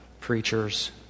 preachers